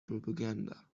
propaganda